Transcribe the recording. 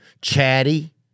chatty